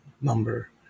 number